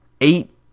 eight